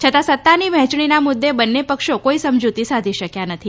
છતાં સત્તાની વહેંચણીના મુદ્દે બંને પક્ષો કોઈ સમજૂતી સાંધી શક્યા નથી